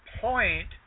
point